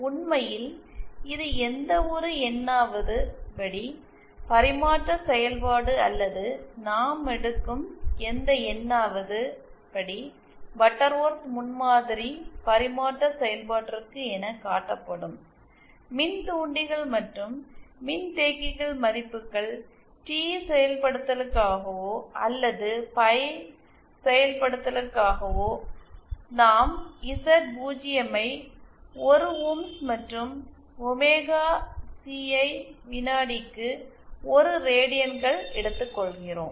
உண்மையில் இது எந்தவொரு என்னாவது படி பரிமாற்ற செயல்பாடு அல்லது நாம் எடுக்கும் எந்த என்னாவது படி பட்டர்வொர்த் முன்மாதிரி பரிமாற்ற செயல்பாட்டிற்கும் என காட்டப்படும் மின்தூண்டிகள் மற்றும் மின்தேக்கிகள் மதிப்புகள் ற்றி செயல்படுத்தலுக்காகவோ அல்லது பை செயல்படுத்தலுக்காகவோ நாம் இசட்0 ஐ 1 ஓம்ஸ் மற்றும் ஒமேகா சி ஐ வினாடிக்கு 1 ரேடியன்கள் எடுத்துக்கொள்கிறோம்